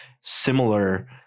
similar